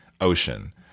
ocean